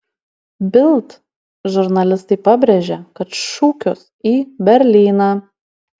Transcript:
bild žurnalistai pabrėžė kad šūkius į berlyną